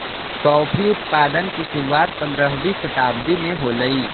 coffee उत्पादन की शुरुआत पंद्रहवी शताब्दी में होलई